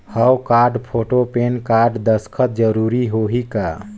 हव card, photo, PAN card, दस्खत जरूरी होही का?